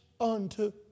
unto